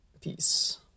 Peace